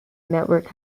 network